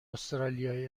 استرالیایی